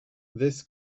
this